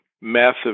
massive